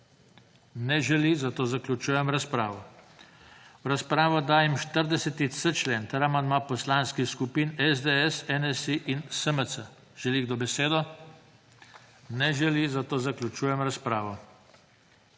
(Ne želi.) Zaključujem razpravo. V razpravo dajem 40.c člen ter amandma Poslanski skupin SDS, NSi in SMC. Želi kdo besedo? (Ne.) Zaključujem razpravo.